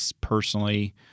personally